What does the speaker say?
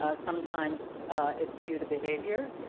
ah sometimes it's due to behavior,